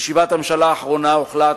בישיבת הממשלה האחרונה הוחלט,